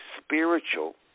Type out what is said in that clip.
spiritual